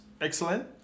excellent